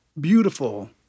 beautiful